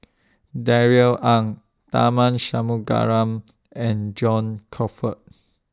Darrell Ang Tharman Shanmugaratnam and John Crawfurd